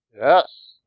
Yes